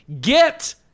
get